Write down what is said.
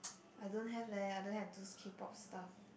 I don't have leh I don't have those k-pop stuff